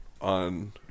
on